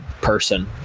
person